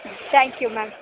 thank you ma'am